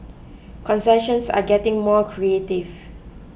concessions are getting more creative